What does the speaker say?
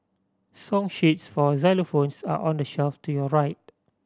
song sheets for xylophones are on the shelf to your right